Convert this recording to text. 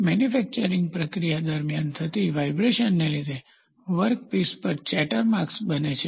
manufacturing પ્રક્રિયા દરમિયાન થતી વાઈબ્રેશનને લીધે વર્કપીસ પર ચેટર માર્ક્સ બને છે